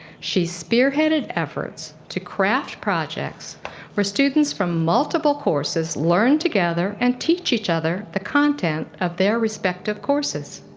she spearheaded efforts to craft projects where students from multiple courses learn together and teach each other the content of their respective courses.